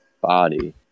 body